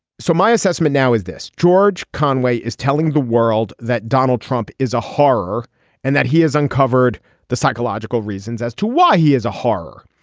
so my assessment now is this. george conway is telling the world that donald trump is a horror and that he has uncovered the psychological reasons as to why he is a horror.